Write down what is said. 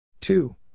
two